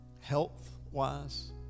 health-wise